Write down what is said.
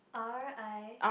R_I